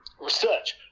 research